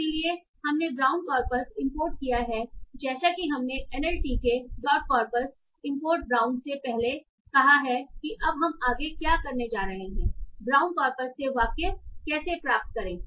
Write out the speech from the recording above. इसलिए हमने brown corpus import किया है जैसा कि हमने NLTK dot corpus import brown से पहले कहा है कि अब हम आगे क्या करने जा रहे हैं ब्राउन कॉर्पस से वाक्य कैसे प्राप्त करें